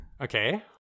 Okay